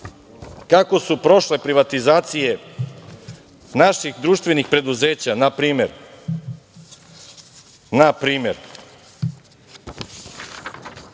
kako su prošle privatizacije naših društvenih preduzeća? Na primer,